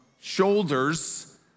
shoulders